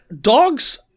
Dogs